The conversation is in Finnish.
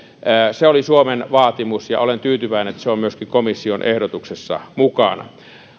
se oli suomen vaatimus ja olen tyytyväinen että se on myöskin komission ehdotuksessa mukana